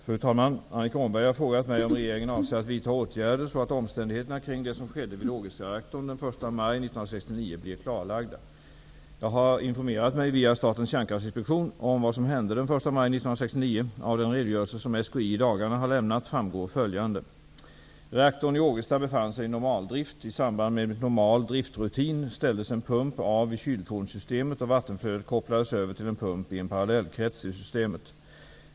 Fru talman! Annika Åhnberg har frågat mig om regeringen avser att vidta åtgärder så att omständigheterna kring det som skedde vid Jag har informerat mig via Statens kärnkraftinspektion om vad som hände den 1 maj 1969. Av den redogörelse som SKI i dagarna har lämnat framgår följande. samband med normal driftrutin ställdes en pump av i kyltornssystemet och vattenflödet kopplades över till en pump i en parallellkrets till systemet.